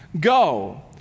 Go